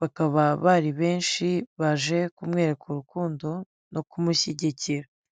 bakaba bari benshi baje kumwereka urukundo no kumushyigikira.